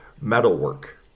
metalwork